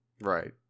Right